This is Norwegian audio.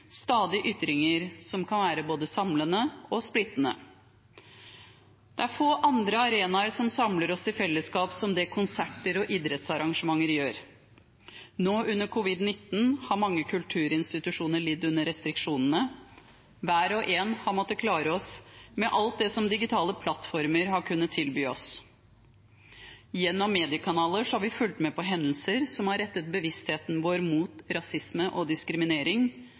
stadig ytringer som kan være både samlende og splittende. Det er få andre arenaer som samler oss i fellesskap som det konserter og idrettsarrangementer gjør. Nå under covid-19 har mange kulturinstitusjoner lidd under restriksjonene. Hver og en har måttet klare seg med alt det som digitale plattformer har kunnet tilby oss. Gjennom mediekanaler har vi fulgt med på hendelser som har rettet bevisstheten mot rasisme og diskriminering ute i verden og hjemme hos oss. I etterkant av markeringene mot diskriminering